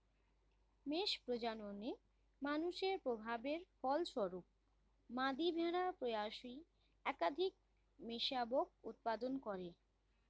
মেষ প্রজননে মানুষের প্রভাবের ফলস্বরূপ, মাদী ভেড়া প্রায়শই একাধিক মেষশাবক উৎপাদন করে